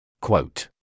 Quote